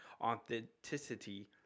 authenticity